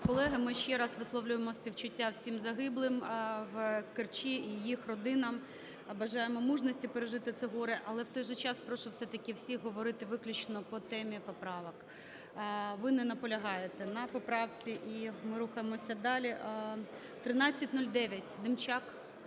Колеги, ми ще раз висловлюємо співчуття всім загиблим в Керчі і їх родинам, бажаємо мужності пережити це горе, але в той же час прошу все-таки всіх говорити виключно по темі поправок. Ви не наполягаєте на поправці. І ми рухаємося далі. 1309, Демчак.